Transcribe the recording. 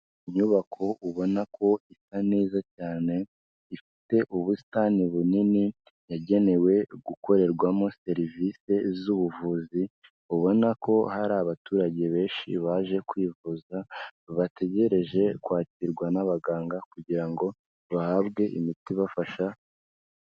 Inyubako ubona ko isa neza cyane, ifite ubusitani bunini, yagenewe gukorerwamo serivisi zubuvuzi, ubona ko hari abaturage benshi baje kwivuza, bategereje kwakirwa n'abaganga kugira ngo bahabwe imiti ibafasha.